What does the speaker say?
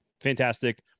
fantastic